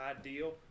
ideal